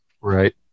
Right